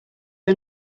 are